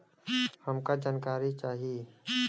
हमका जानकारी चाही?